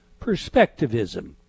perspectivism